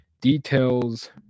details